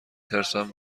ترسم